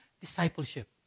Discipleship